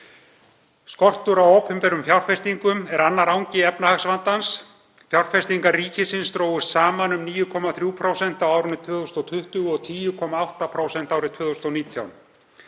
Skortur á opinberum fjárfestingum er annar angi efnahagsvandans. Fjárfestingar ríkisins drógust saman um 9,3% á árinu 2020 og 10,8% árið 2019.